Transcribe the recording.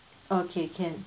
okay can